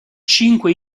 cinque